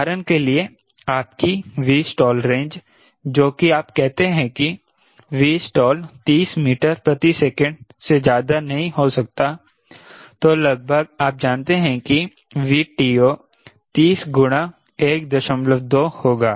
उदाहरण के लिए आपकी Vstall रेंज जो कि आप कहते हैं कि Vstall 30 मीटर प्रति सेकंड से ज्यादा नहीं हो सकता तो लगभग आप जानते हैं कि VTO 30 गुणा 12 होगा